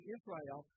Israel